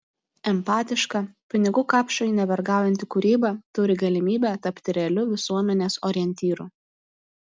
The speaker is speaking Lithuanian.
empatiška pinigų kapšui nevergaujanti kūryba turi galimybę tapti realiu visuomenės orientyru